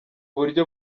buryo